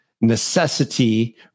necessity